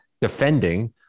defending